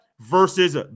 versus